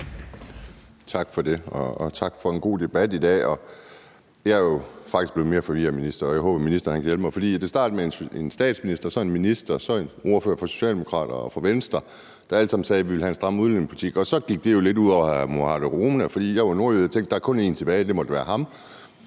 Tak for det, og tak for en god debat i dag, og jeg er jo faktisk blevet mere forvirret, minister, og jeg håber, at ministeren kan hjælpe mig. For det startede med en statsminister og så en minister og derefter en ordfører fra Socialdemokraterne og fra Venstre, der alle sammen sagde, at man ville have en strammere udlændingepolitik, og så gik det jo lidt ud over hr. Mohammad Rona. For jeg er jo nordjyde, og jeg tænkte, at der kun er én tilbage, og at det måtte være ham,